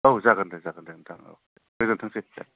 औ जागोनदे जागोनदे गोजोनथोंसै